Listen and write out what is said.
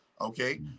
Okay